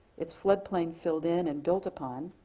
it's flood plain filled in and built upon.